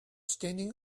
standing